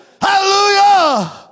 Hallelujah